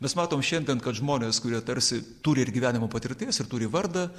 mes matom šiandien kad žmonės kurie tarsi turi ir gyvenimo patirties ir turi vardą